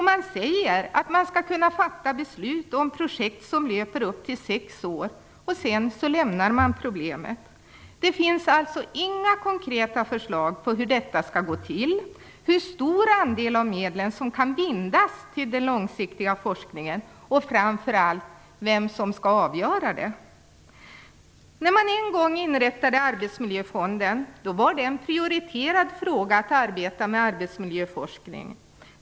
Man säger att man skall kunna fatta beslut om projekt som löper på upp till sex år, och sedan lämnar man problemet. Det finns alltså inga konkreta förslag på hur detta skall gå till, hur stor andel av medlen som kan bindas till den långsiktiga forskningen och framför allt vem som skall avgöra det. När man en gång inrättade Arbetsmiljöfonden var det en prioriterad fråga att arbeta med arbetsmiljöforskning.